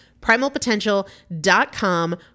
Primalpotential.com